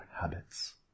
habits